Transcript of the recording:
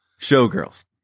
showgirls